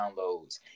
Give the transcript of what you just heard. downloads